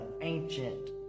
ancient